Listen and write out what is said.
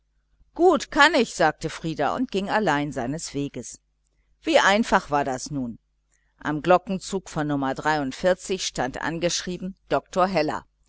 gut kann ich sagte frieder und ging allein seines weges wie einfach war das nun am glockenzug von nr stand angeschrieben dr heller